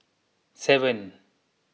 seven